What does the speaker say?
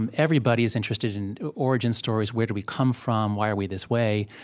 and everybody's interested in origin stories where do we come from? why are we this way?